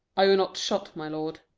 are you not shot, my lord?